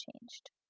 changed